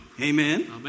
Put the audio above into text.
Amen